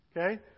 Okay